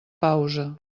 pausa